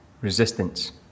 Resistance